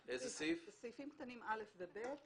לסעיפים קטנים (א) ו-(ב).